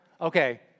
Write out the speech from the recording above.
Okay